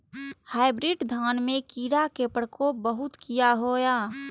Hybrid धान में कीरा के प्रकोप बहुत किया होया?